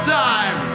time